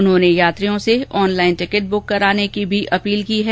उन्होंने यात्रियों से ऑनलाइन टिकट बुक कराने की भी अपील की है